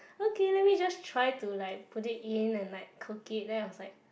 okay let me just try to like put it in and cook it then I was like